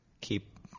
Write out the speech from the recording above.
keep